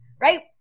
right